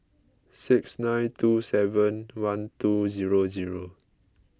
six nine two seven one two zero zero